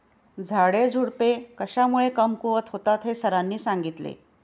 झाडेझुडपे कशामुळे कमकुवत होतात हे सरांनी सांगितले